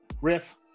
Riff